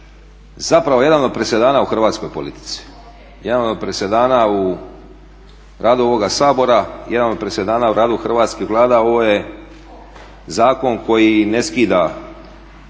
zapravo jedan od presedana u hrvatskoj politici. Jedan od presedana u radu ovoga Sabora, jedan od presedana u radu hrvatskih Vlada. Ovo je zakon koji ne skida